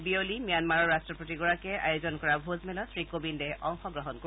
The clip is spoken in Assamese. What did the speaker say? বিয়লি ম্যানমাৰৰ ৰট্টপতিগৰাকীয়ে আয়োজন কৰা ভোজমেলত শ্ৰীকোৱিন্দে অংশগ্ৰহণ কৰিব